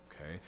okay